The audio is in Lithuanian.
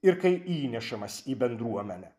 ir kai įnešamas į bendruomenę